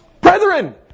Brethren